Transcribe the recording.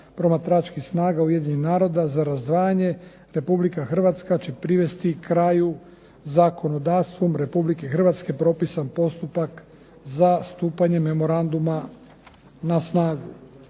promatračkih snaga Ujedinjenih naroda za razdvajanje Republika Hrvatska će privesti kraju zakonodavstvom Republike Hrvatske propisan postupak za stupanje memoranduma na snagu.